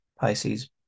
pisces